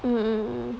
mmhmm mmhmm mmhmm